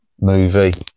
movie